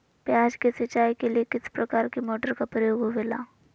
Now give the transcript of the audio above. प्याज के सिंचाई के लिए किस प्रकार के मोटर का प्रयोग होवेला?